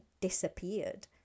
disappeared